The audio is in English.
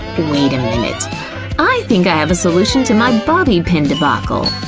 wait a minute i think i have a solution to may bobbie pin debacle!